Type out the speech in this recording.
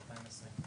כן.